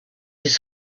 his